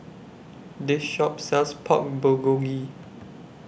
This Shop sells Pork Bulgogi